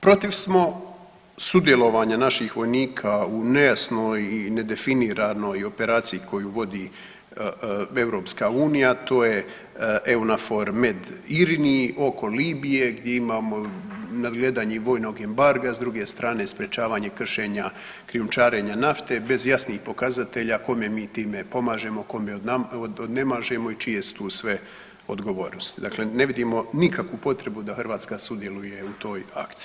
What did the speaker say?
Protiv smo sudjelovanja naših vojnika u nejasnoj i nedefiniranoj operaciji koju vodi EU, to je „EUNAVFOR MED IRINI“ oko Libije gdje imamo nadgledanje i vojnog embarga, s druge strane sprječavanje kršenja krijumčarenja nafte bez jasnih pokazatelja kome mi time pomažemo, kome odnemažemo i čije su tu sve odgovornosti, dakle ne vidimo nikakvu potrebu da Hrvatska sudjeluje u toj akciji.